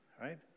right